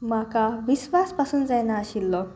म्हाका विस्वास पासून जायनाशिल्लो